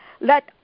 Let